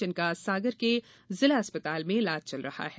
जिनका सागर के जिला अस्पताल में इलाज चल रहा है